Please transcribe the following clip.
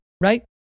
right